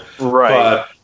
Right